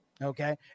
Okay